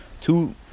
two